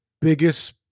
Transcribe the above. biggest